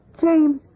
James